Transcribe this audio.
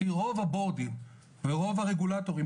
כי רוב BORDIN ורוב הרגולטורים,